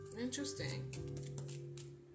interesting